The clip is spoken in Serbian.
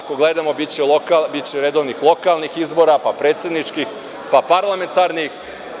Ako gledamo, biće redovnih lokalnih izbora, pa predsedničkih, pa parlamentarnih.